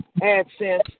AdSense –